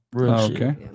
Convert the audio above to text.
Okay